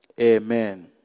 Amen